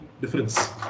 difference